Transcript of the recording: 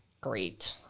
Great